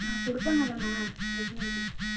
ஆ கொடுப்பாங்க தானே original DC